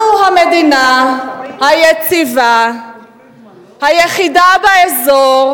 אנחנו המדינה היציבה היחידה באזור,